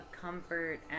comfort